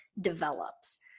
develops